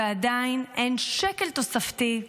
ועדיין אין שקל תוספתי,